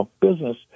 business